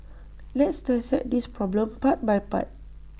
let's dissect this problem part by part